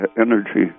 energy